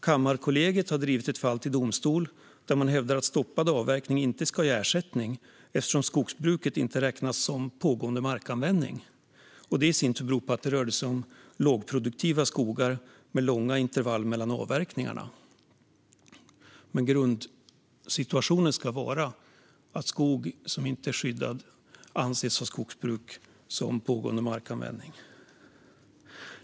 Kammarkollegiet har drivit ett fall till domstol, där man hävdar att stoppad avverkning inte ska ge ersättning eftersom skogsbruket inte räknas som pågående markanvändning. Det beror i sin tur på att det rör sig om lågproduktiva skogar med långa intervall mellan avverkningarna. Grundsituationen ska dock vara att skogsbruk i skog som inte är skyddad anses som pågående markanvändning.